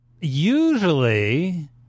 usually